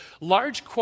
large